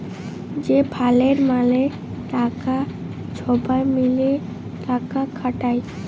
যে ফাল্ডে ম্যালা টাকা ছবাই মিলে টাকা খাটায়